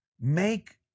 make